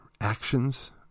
actions